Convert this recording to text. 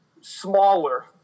smaller